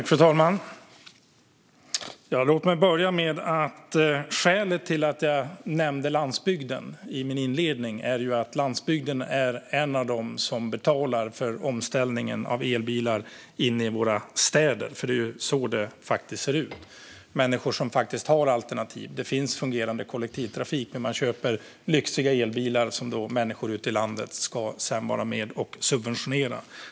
Fru talman! Skälet till att jag nämnde landsbygden i min inledning är att landsbygden är en av de parter som betalar för omställningen till elbilar inne i våra städer. Det är så det faktiskt ser ut. Människor har faktiskt alternativ i städerna. Det finns fungerande kollektivtrafik, men man köper lyxiga elbilar som människor ute i landet sedan ska vara med och subventionera.